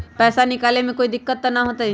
पैसा निकाले में कोई दिक्कत त न होतई?